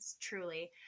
truly